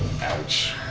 Ouch